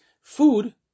Food